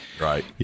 right